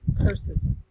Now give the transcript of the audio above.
Curses